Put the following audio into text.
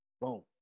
Boom